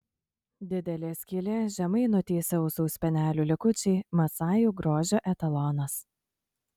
didelė skylė žemai nutįsę ausų spenelių likučiai masajų grožio etalonas